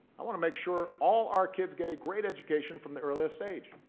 i want to make sure all our kids get a great education from the earliest age,